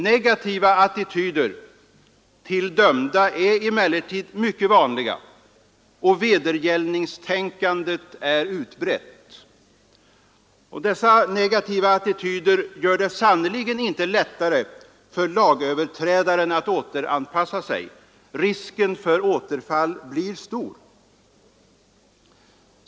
Negativa attityder till dömda är emellertid mycket vanliga, och vedergällningstänkandet är utbrett. Dessa negativa attityder gör det sannerligen inte lättare för lagöverträdare att återanpassa sig. Risken för återfall blir stor.